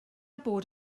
bod